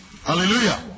Hallelujah